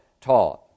taught